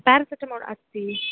paracetamol अस्ति